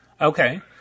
Okay